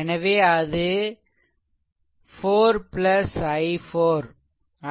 எனவே அது 4 i4